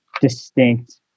distinct